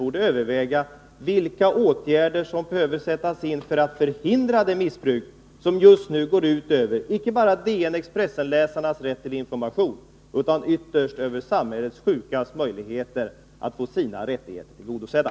Borde man inte överväga vilka åtgärder som behöver sättas in för att förhindra det missbruk som just nu går ut över DN/Expressen-läsarnas rätt till information liksom över möjligheterna för dem som är sjuka i vårt samhälle att få sina rättigheter tillgodosedda?